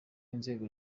inzego